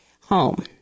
home